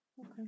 Okay